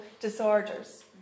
disorders